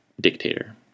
dictator